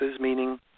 meaning